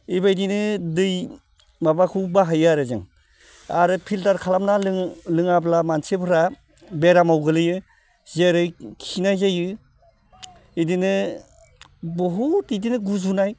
बेबायदिनो दै माबाखौ बाहायो आरो जों आरो फिल्टार खालामना लोङाब्ला मानसिफोरा बेरामाव गोग्लैयो जेरै खिनाय जायो बिदिनो बहुद बिदिनो गुजुनाय